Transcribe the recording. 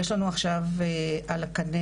יש לנו עכשיו על הקנה,